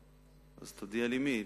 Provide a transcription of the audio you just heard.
אז תודיע לי מי,